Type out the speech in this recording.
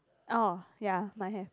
oh ya mine have